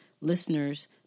listeners